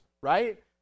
right